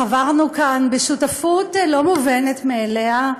חברנו כאן, בשותפות לא מובנת מאליה,